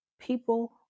People